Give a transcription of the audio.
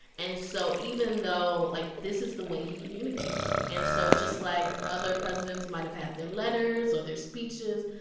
and so even though like, this is the way he communicates. and so just like other presidents might have had their letters or their speeches,